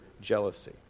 jealousy